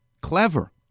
Clever